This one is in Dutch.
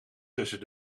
tussen